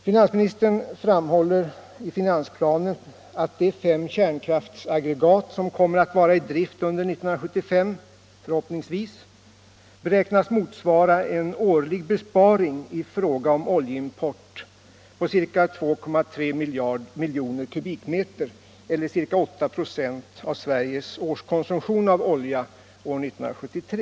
Finansministern framhåller i finansplanen att de fem kärnkraftaggregat som kommer att vara i drift under 1975 beräknas förhoppningsvis motsvara en årlig besparing i fråga om oljeimport på ca 2,3 milj. kubikmeter eller ca 8 96 av Sveriges årskonsumtion av olja år 1973.